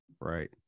right